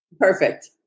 Perfect